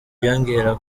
byiyongera